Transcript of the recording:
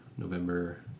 November